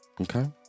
Okay